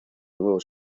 nuevo